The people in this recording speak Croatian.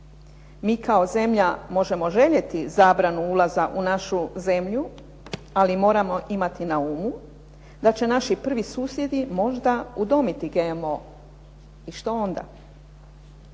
Mi kao zemlja možemo željeti zabranu ulaza u našu zemlju, ali moramo imati na umu da će naši prvi susjedi možda udomiti GMO i što onda?